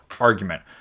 argument